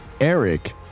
Eric